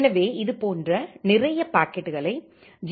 எனவே இது போன்ற நிறைய பாக்கெட்டுகளை ஜி